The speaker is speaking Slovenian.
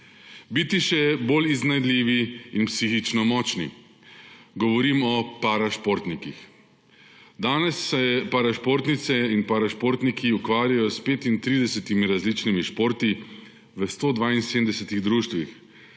biti še bolj iznajdljivi in psihično močni. Govorimo o parašportnikih. Danes se parašportnice in parašportniki ukvarjajo s 35 različnimi športi v 172 društvih.